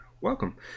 Welcome